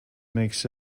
makes